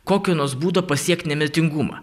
kokio nors būdo pasiekt nemirtingumą